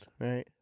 right